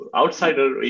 outsider